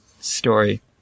story